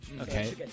Okay